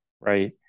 right